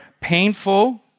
painful